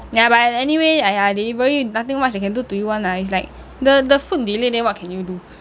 ya but anyway I I delivery nothing much they can do to you [one] lah it's like the the food delay then what can you do